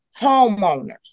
homeowners